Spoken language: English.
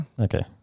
Okay